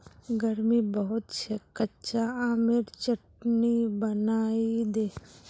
गर्मी बहुत छेक कच्चा आमेर चटनी बनइ दे